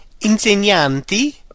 insegnanti